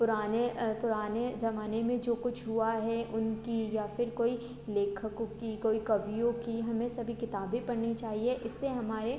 पुराने पुराने ज़माने में जो कुछ हुआ है उनकी या फिर कोई लेखकों की कोई कवियों की हमें सभी किताबें पढ़नी चाहिए इससे हमारे